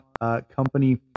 company